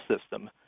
system